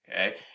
okay